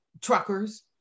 truckers